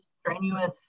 strenuous